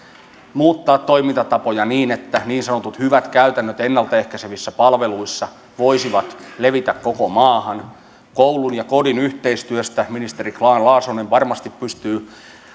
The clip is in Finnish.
muuttaa toimintatapoja niin että niin sanotut hyvät käytännöt ennalta ehkäisevissä palveluissa voisivat levitä koko maahan koulun ja kodin yhteistyöstä ministeri grahn laasonen varmasti pystyy